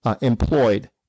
employed